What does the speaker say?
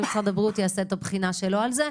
ומשרד הבריאות יעשה את הבחינה שלו על זה,